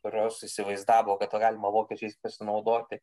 kurios įsivaizdavo kad galima vokiečiais pasinaudoti